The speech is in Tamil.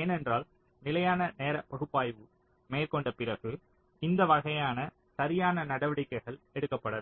ஏனென்றால் நிலையான நேர பகுப்பாய்வு மேற்கொண்ட பிறகு இந்த வகையான சரியான நடவடிக்கைகள் எடுக்கப்பட வேண்டும்